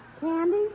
Candy